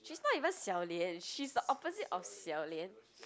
she's not even xiao-lian she's the opposite of xiao-lian